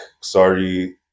sorry